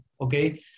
okay